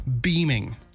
beaming